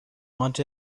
want